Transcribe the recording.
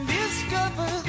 discover